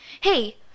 Hey